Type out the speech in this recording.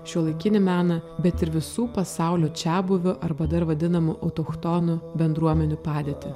šiuolaikinį meną bet ir visų pasaulio čiabuvių arba dar vadinamų autochtonų bendruomenių padėtį